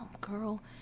girl